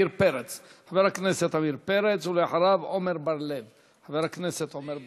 חבר הכנסת עמיר פרץ, ואחריו, חבר הכנסת עמר בר-לב.